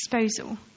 disposal